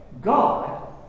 God